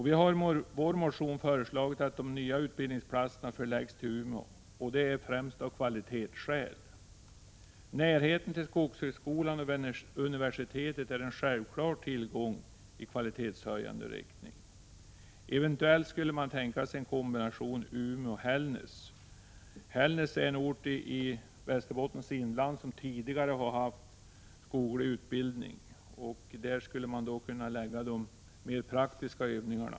Vi har i vår motion föreslagit att de nya utbildningsplatserna förläggs till Umeå, främst av kvalitetsskäl. Närheten till skogshögskola och universitet är en självklar tillgång i kvalitetshöjande riktning. Eventuellt kan man tänka sig en kombination Umeå-Hällnäs. Hällnäs är en ort i Västerbottens inland som tidigare har haft skoglig utbildning. Där skulle man kunna ha de praktiska övningarna.